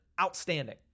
Outstanding